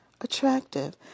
attractive